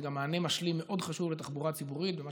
זה גם מענה משלים מאוד חשוב לתחבורה ציבורית במה